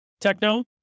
techno